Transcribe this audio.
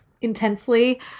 intensely